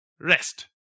rest